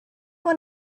one